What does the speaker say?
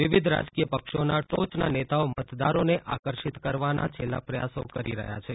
વિવિધ રાજકીય પક્ષોના ટોચના નેતાઓ મતદારોને આકર્ષિત કરવાના છેલ્લા પ્રયાસો કરી રહ્યા છે